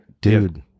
Dude